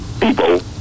people